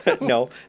No